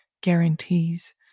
guarantees